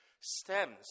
stems